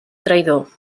traïdor